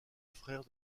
frère